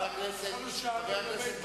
יש כאלה שיאמרו לך שאנחנו בצרות גדולות.